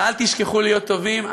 ואל תשכחו להיות טובים.